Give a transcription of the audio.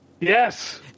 Yes